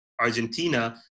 Argentina